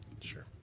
Sure